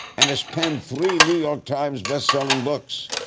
and has penned three new york times best selling books.